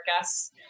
guests